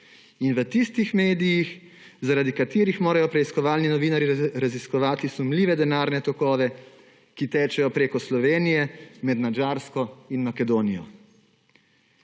in v tistih medijih, zaradi katerih morajo preiskovalni novinarji raziskovati sumljive denarne tokove, ki tečejo preko Slovenije med Madžarsko in Makedonijo.